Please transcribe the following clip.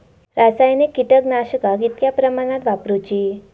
रासायनिक कीटकनाशका कितक्या प्रमाणात वापरूची?